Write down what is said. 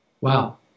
wow